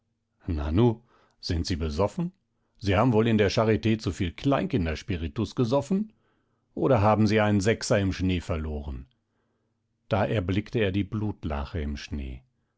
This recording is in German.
nanu sind sie besoffen sie haben wohl in der charit zuviel kleinkinderspiritus gesoffen oder haben sie einen sechser im schnee verloren da erblickte er die blutlache im schnee